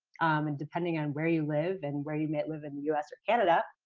and depending on where you live, and where you might live in the us or canada,